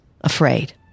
afraid